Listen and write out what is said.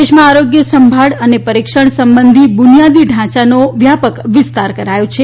દેશમાં આરોગ્ય સંભાળ અને પરીક્ષણ સંબંધી બુનીયાદી ઢાંચાનો વ્યાપક વિસ્તાર કરાયો છે